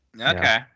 Okay